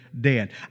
dead